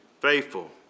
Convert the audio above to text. faithful